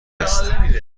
است